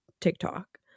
tiktok